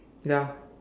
ya